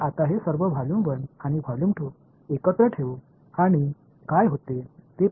எனவே முறையாக ஹ்யூஜென்ஸ் கொள்கை மற்றும் ஈக்ஸ்டிங்க்ஷன் தேற்றத்தை பார்ப்போம்